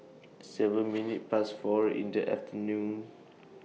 seven minutes Past four in The afternoon